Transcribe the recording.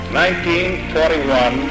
1941